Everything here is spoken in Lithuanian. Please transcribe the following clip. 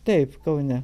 taip kaune